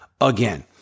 Again